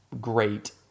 great